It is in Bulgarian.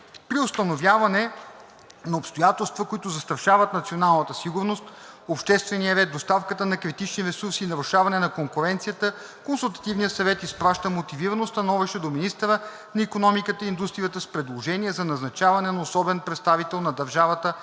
При установяване на обстоятелства, които застрашават националната сигурност, обществения ред, доставката на критични ресурси и нарушаване на конкуренцията, консултативния съвет изпраща мотивирано становище до министъра на икономиката и индустрията с предложение за назначаване на особен представител на държавата